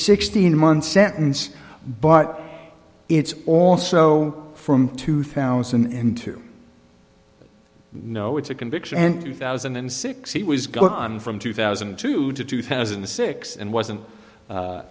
sixteen month sentence but it's also from two thousand and two no it's a conviction and two thousand and six he was going on from two thousand and two to two thousand and six and wasn't